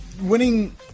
winning